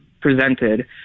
presented